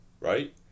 Right